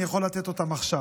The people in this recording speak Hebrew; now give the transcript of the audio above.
אני יכול לתת אותו עכשיו.